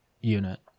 unit